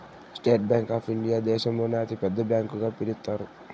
state Bank of India దేశంలోనే అతి పెద్ద బ్యాంకు గా పిలుత్తారు